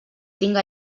tinga